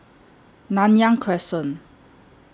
Nanyang Crescent